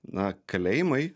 na kalėjimai